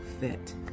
Fit